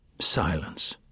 Silence